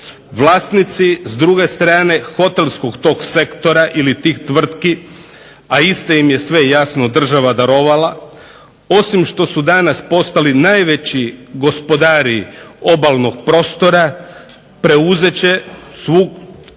Vlasnici s druge strane hotelskog sektora ili tih tvrtki, a iste ih je država jasno darovala, osim što su danas postali najveći gospodari obalnog prostora preuzet će svu trgovinu